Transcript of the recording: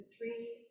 three